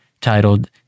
titled